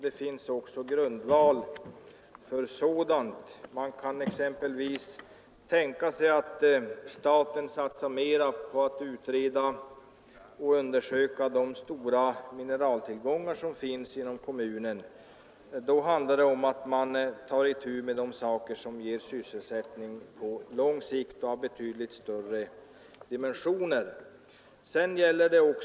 Det finns också grundval för sådant. Man kan exempelvis tänka sig att staten satsar mera på att undersöka de stora mineraltillgångar som finns inom kommunen. Då tar man itu med de saker som ger sysselsättning på lång sikt och har betydligt större dimensioner.